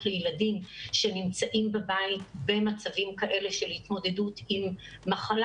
לילדים שנמצאים בבית במצבים כאלה של התמודדות עם מחלה.